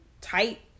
tight